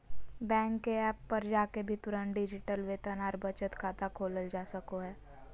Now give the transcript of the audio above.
bank के app पर जाके भी तुरंत डिजिटल वेतन आर बचत खाता खोलल जा सको हय